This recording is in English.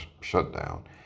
shutdown